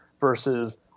versus